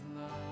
love